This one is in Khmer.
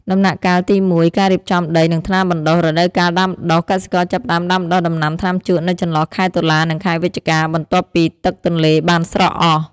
ដំណាក់កាលទី ១ ការរៀបចំដី និងថ្នាលបណ្ដុះ រដូវកាលដាំដុះ កសិករចាប់ផ្ដើមដាំដុះដំណាំថ្នាំជក់នៅចន្លោះខែតុលា និងខែវិច្ឆិកា បន្ទាប់ពីទឹកទន្លេបានស្រកអស់។